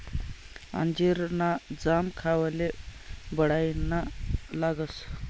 अंजीर ना जाम खावाले बढाईना लागस